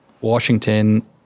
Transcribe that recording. Washington